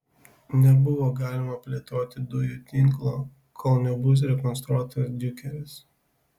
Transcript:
nebuvo galima plėtoti dujų tinklo kol nebus rekonstruotas diukeris